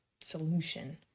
solution